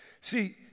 See